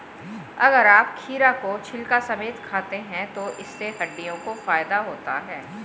अगर आप खीरा को छिलका समेत खाते हैं तो इससे हड्डियों को फायदा होता है